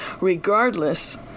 regardless